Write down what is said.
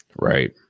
Right